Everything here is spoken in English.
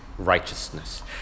righteousness